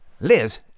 Liz